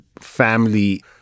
family